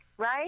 Right